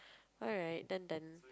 alright done done